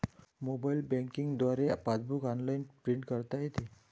mobile banking द्वारे passbook online print करता येते